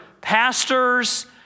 pastors